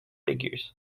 figures